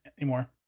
anymore